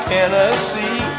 Tennessee